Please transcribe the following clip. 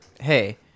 hey